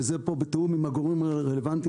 וזה פה בתיאום עם הגורמים הרלוונטיים.